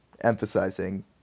emphasizing